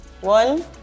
One